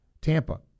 Tampa